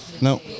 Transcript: No